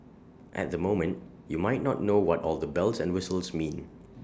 at the moment you might not know what all the bells and whistles mean